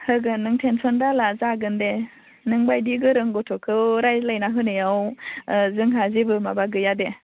होगोन नों टेनसन दाला जागोन दे नों बायदि गोरों गथ'खौ रायज्लायना होनायाव जोंहा जेबो माबा गैया दे